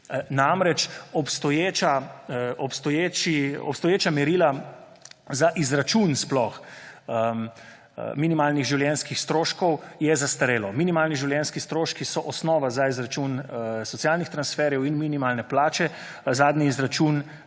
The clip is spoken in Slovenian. Namreč obstoječa merila za izračun sploh minimalnih življenjskih stroškov je zastarelo. Minimalni življenjski stroški so osnova za izračun socialnih transferjev in minimalne plače. Zadnji izračun,